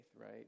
right